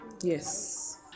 Yes